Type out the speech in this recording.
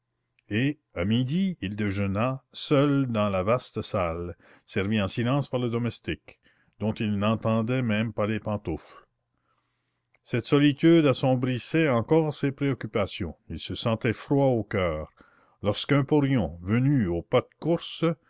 et à midi il déjeuna seul dans la vaste salle servi en silence par le domestique dont il n'entendait même pas les pantoufles cette solitude assombrissait encore ses préoccupations il se sentait froid au coeur lorsqu'un porion venu au pas de course